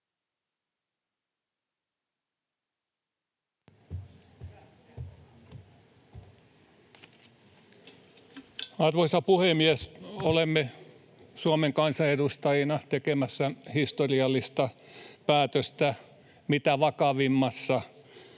Arvoisa puhemies! Olemme Suomen kansan edustajina tekemässä historiallista päätöstä mitä vakavimmassa